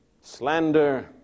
Slander